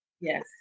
Yes